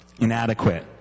inadequate